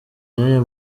y’aya